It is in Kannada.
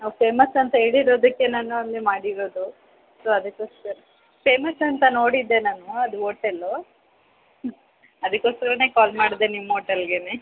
ನಾವು ಫೇಮಸ್ ಅಂತ ಹೇಳಿರೋದಕ್ಕೆ ನಾನು ಮಾಡಿರೋದು ಸೊ ಅದಕ್ಕೋಸ್ಕರ ಫೇಮಸ್ ಅಂತ ನೋಡಿದ್ದೆ ನಾನು ಅದು ಓಟೆಲ್ಲು ಅದಕ್ಕೋಸ್ಕರನೆ ಕಾಲ್ ಮಾಡಿದೆ ನಿಮ್ಮ ಹೋಟೆಲ್ಗೇ